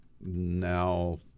Now